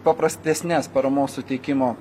paprastesnes paramos suteikimo